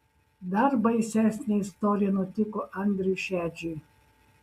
dar baisesnė istorija nutiko andriui šedžiui